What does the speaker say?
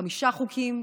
חמישה חוקים.